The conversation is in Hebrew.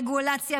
רגולציה,